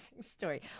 story